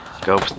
go